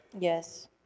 Yes